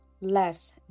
less